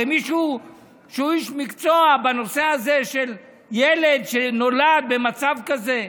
הרי מישהו שהוא איש מקצוע בנושא הזה של ילד שנולד במצב כזה,